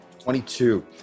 22